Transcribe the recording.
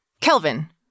Kelvin